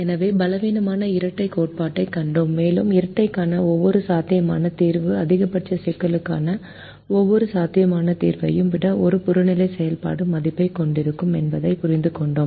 எனவே பலவீனமான இரட்டைக் கோட்பாட்டைக் கண்டோம் மேலும் இரட்டைக்கான ஒவ்வொரு சாத்தியமான தீர்வும் அதிகபட்ச சிக்கலுக்கான ஒவ்வொரு சாத்தியமான தீர்வையும் விட ஒரு புறநிலை செயல்பாட்டு மதிப்பைக் கொண்டிருக்கும் என்பதைப் புரிந்துகொண்டோம்